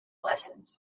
lessons